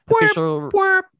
Official